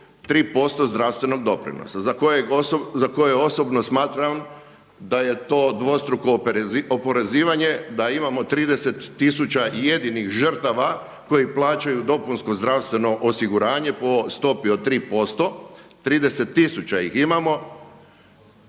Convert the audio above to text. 3% zdravstvenog doprinosa, za koje osobno smatram da je to dvostruko oporezivanje, da imamo 30000 jedinih žrtava koji plaćaju dopunsko zdravstveno osiguranje po stopi od 3%. 30000 ih imamo.